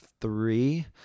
three